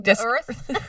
earth